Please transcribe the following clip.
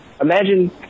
Imagine